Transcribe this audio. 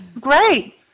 great